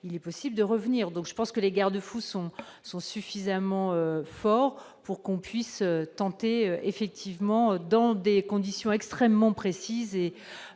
il est possible de revenir, donc je pense que les garde-fous sont sont suffisamment fort pour qu'on puisse tenter effectivement dans des conditions extrêmement précises et